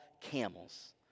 camels